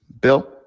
Bill